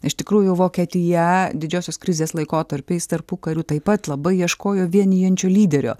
iš tikrųjų vokietija didžiosios krizės laikotarpiais tarpukariu taip pat labai ieškojo vienijančio lyderio